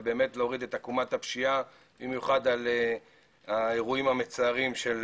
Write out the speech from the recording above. ולהוריד את עקומת הפשיעה במיוחד של אירועי הרצח המצערים.